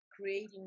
creating